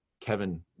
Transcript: Kevin